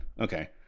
Okay